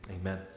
amen